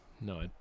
No